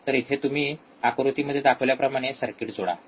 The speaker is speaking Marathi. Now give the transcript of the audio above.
तर इथे तुम्ही आकृतीमध्ये दाखवल्याप्रमाणे सर्किट जोडा